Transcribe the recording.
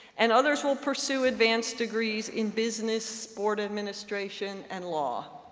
and others will pursue advanced degrees in business, sport administration, and law.